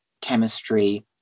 chemistry